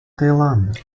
таиланда